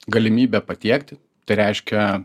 galimybę patiekti tai reiškia